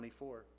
24